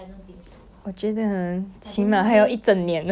in february like next year february to korea